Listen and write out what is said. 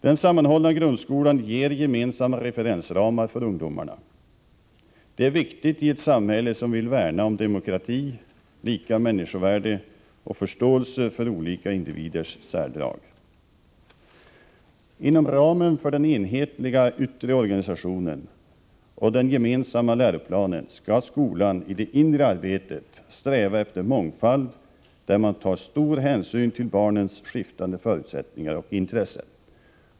Den sammanhållna grundskolan ger gemensamma referensramar för ungdomarna. Det är viktigt i ett samhälle som vill värna om demokrati, lika människovärde och förståelse för olika individers särdrag. Inom ramen för den enhetliga yttre organisationen och den gemensamma läroplanen skall skolan i det inre arbetet sträva efter mångfald, där man tar stor hänsyn till barnens skiftande förutsättningar och intressen.